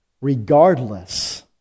regardless